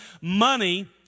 money